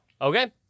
Okay